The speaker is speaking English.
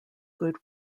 good